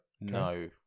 no